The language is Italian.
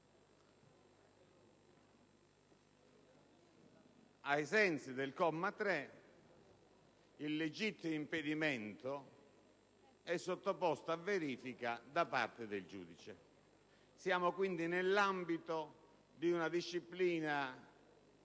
Ai sensi del comma 3, il legittimo impedimento è sottoposto a verifica da parte del giudice; siamo pertanto nell'ambito di una disciplina